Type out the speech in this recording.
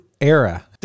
era